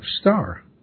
star